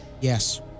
Yes